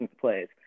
plays